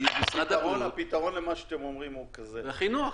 משרד הבריאות, זה הכי נוח.